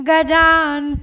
Gajan